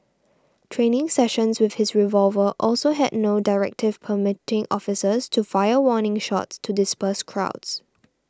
training sessions with his revolver also had no directive permitting officers to fire warning shots to disperse crowds